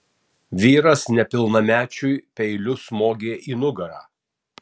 vyras nepilnamečiui peiliu smogė į nugarą